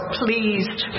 pleased